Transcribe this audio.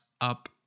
up